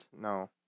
No